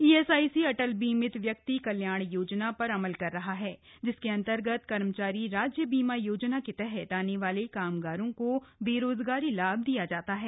ESIC Atal बीमित व्यक्ति कल्याण योजना पर अमल कर रहा है जिसके अंतर्गत कर्मचारी राज्य बीमा योजना के तहत आने वाले कामगारों को बेरोजगारी लाभ दिया जाता है